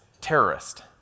terrorist